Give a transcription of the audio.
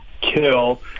kill